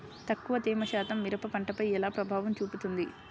తక్కువ తేమ శాతం మిరప పంటపై ఎలా ప్రభావం చూపిస్తుంది?